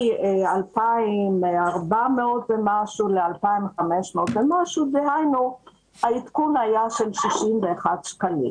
מ-2,400 ומשהו ל-2,500 ומשהו, עדכון של 61 שקלים.